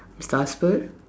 the husband